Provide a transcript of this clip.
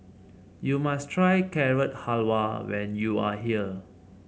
you must try Carrot Halwa when you are here